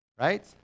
right